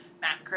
Matt